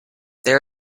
there